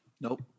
Nope